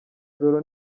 joro